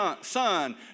Son